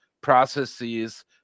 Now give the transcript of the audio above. processes